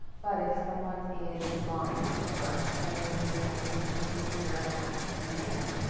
but if someone is blind from birth and they need access to the computer and access to the internet,